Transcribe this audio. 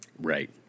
Right